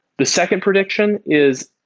the second prediction is